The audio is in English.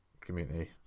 community